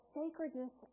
sacredness